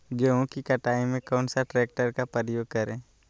गेंहू की कटाई में कौन सा ट्रैक्टर का प्रयोग करें?